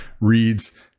reads